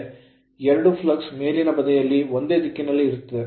ಎರಡೂ flux flux ಮೇಲಿನ ಬದಿಯಲ್ಲಿ ಒಂದೇ ದಿಕ್ಕಿನಲ್ಲಿರುತ್ತದೆ